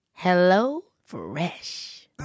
HelloFresh